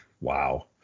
Wow